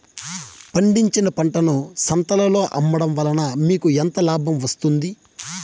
పండించిన పంటను సంతలలో అమ్మడం వలన మీకు ఎంత లాభం వస్తుంది?